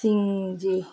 सिङ्गी